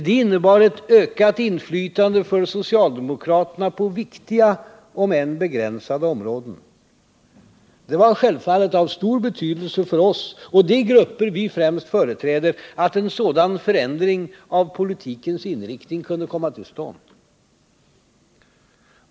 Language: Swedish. Det innebar ett ökat inflytande för socialdemokraterna på viktiga om än begränsade områden. Det var självfallet av stor betydelse för oss och de grupper vi främst företräder att en sådan förändring av politikens inriktning kunde komma till stånd.